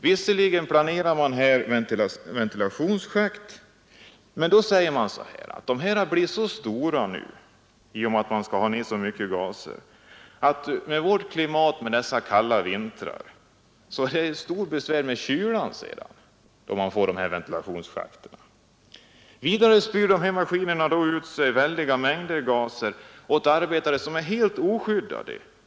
Visserligen planerar man här ventilationsschakt, men å säger man: De här schakten blir så stora — i och med att man skall ha ner så mycket gaser — att med vårt klimat blir det besvär med kylan under våra kalla vintrar, när vi får de nya schakten. Vidare spyr dessa maskiner ur sig väldiga mängder gaser mot arbetare som är helt oskyddade.